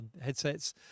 headsets